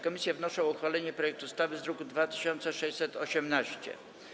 Komisje wnoszą o uchwalenie projektu ustawy z druku nr 2618.